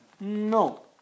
No